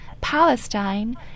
Palestine